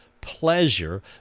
pleasure